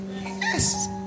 Yes